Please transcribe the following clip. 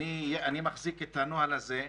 אני מחזיק את הנוהל הזה,